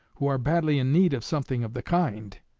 who are badly in need of something of the kind.